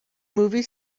movie